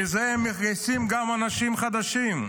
מזה הם מגייסים גם אנשים חדשים.